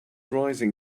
rising